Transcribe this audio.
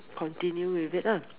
continue with it lah